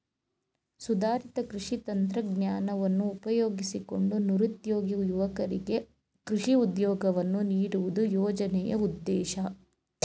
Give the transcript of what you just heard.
ಸುಧಾರಿತ ಕೃಷಿ ತಂತ್ರಜ್ಞಾನವನ್ನು ಉಪಯೋಗಿಸಿಕೊಂಡು ನಿರುದ್ಯೋಗಿ ಯುವಕರಿಗೆ ಕೃಷಿ ಉದ್ಯೋಗವನ್ನು ನೀಡುವುದು ಯೋಜನೆಯ ಉದ್ದೇಶ